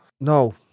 No